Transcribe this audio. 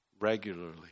regularly